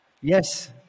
Yes